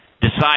decide